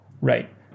Right